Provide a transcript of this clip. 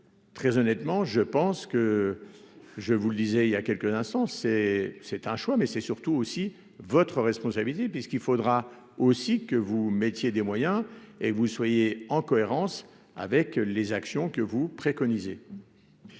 très honnêtement, je pense que je vous le disais, il y a quelques instants, c'est, c'est un choix, mais c'est surtout aussi votre responsabilité puisqu'il faudra aussi que vous mettiez des moyens et vous soyez en cohérence avec les actions que vous préconisez.